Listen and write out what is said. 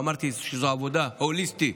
אמרתי שזו עבודה הוליסטית,